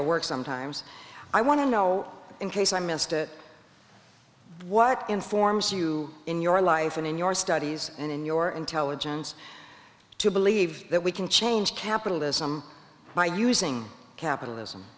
to work sometimes i want to know in case i missed it what informs you in your life and in your studies and in your intelligence to believe that we can change capitalism by using capitalism